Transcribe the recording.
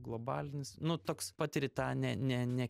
globalinis nu toks patiri tą ne ne ne